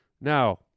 Now